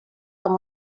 amb